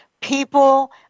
people